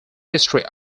history